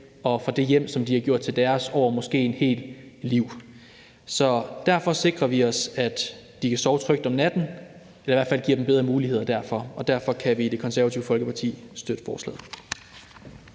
fra det hjem, som de har gjort til deres over måske et helt liv. Så derfor sikrer vi, at de kan sove trygt om natten – i hvert fald giver vi dem bedre muligheder derfor. Derfor kan vi i Det Konservative Folkeparti støtte forslaget.